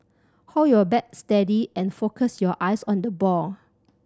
hold your bat steady and focus your eyes on the ball